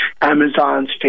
Amazons